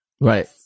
Right